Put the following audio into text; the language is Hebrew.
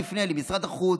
אני אפנה למשרד החוץ,